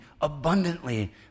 abundantly